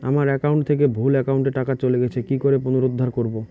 আমার একাউন্ট থেকে ভুল একাউন্টে টাকা চলে গেছে কি করে পুনরুদ্ধার করবো?